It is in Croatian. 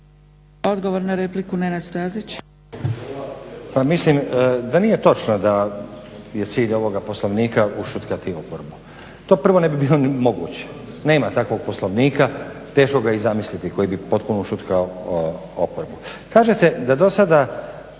Odgovor na repliku Josip Borić.